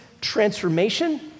transformation